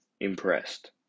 impressed